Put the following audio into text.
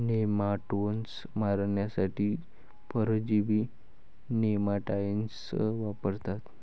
nematodes मारण्यासाठी परजीवी nematicides वापरतात